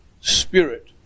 spirit